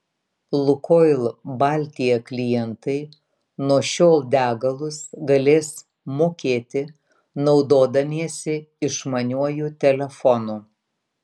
lukoil baltija klientai nuo šiol degalus galės mokėti naudodamiesi išmaniuoju telefonu